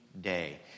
day